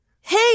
Hey